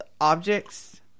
objects